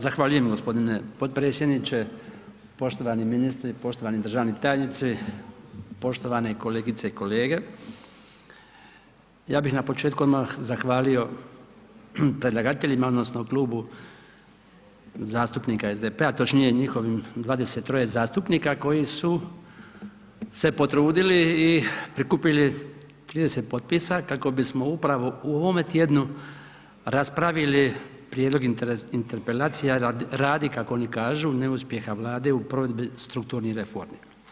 Zahvaljujem gospodine potpredsjedniče, poštovani ministri, poštovani državni tajnici, poštovane kolegice i kolege, ja bih na početku odmah zahvalio predlagateljima odnosno Klubu zastupnika SDP-a točnije njihovim 23 zastupnika koji su se potrudili i prikupili 30 potpisa kako bismo upravo u ovome tjednu raspravili prijedlog interpelacija radi kao kako oni kažu neuspjeha Vlade u provedbi strukturnih reformi.